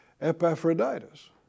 Epaphroditus